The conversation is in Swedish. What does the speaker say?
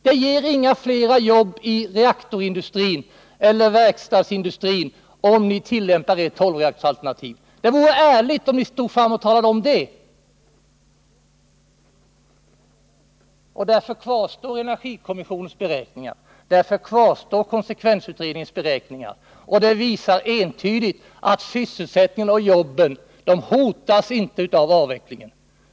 Att tillämpa ert tolvreaktorsalternativ ger inga flera jobb inom reaktorindustrin eller inom verkstadsindustrin. Det vore ärligt att tala om detta. Därför kvarstår energikommissionens och konsekvensutredningens beräkningar. De visar entydigt att sysselsättningen och jobben inte hotas av avvecklingen.